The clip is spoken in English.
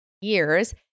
years